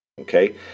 okay